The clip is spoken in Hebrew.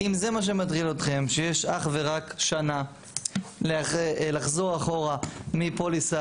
אם זה מה שמטריד אתכם שיש אך ורק שנה לחזור אחורה מפוליסת